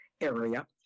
area